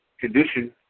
condition